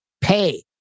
pay